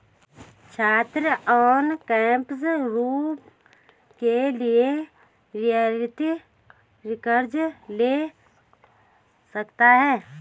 छात्र on campus room के लिए रियायती कर्ज़ ले सकता है